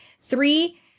Three